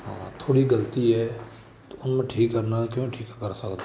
ਹਾਂ ਥੋੜ੍ਹੀ ਗਲਤੀ ਹੈ ਤਾਂ ਉਹਨੂੰ ਠੀਕ ਕਰਨਾ ਕਿਵੇਂ ਠੀਕ ਕਰ ਸਕਦੇ